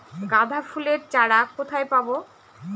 গাঁদা ফুলের চারা কোথায় পাবো?